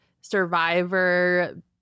Survivor